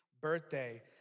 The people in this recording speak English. birthday